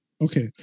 Okay